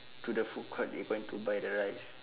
to the food court you going to buy the rice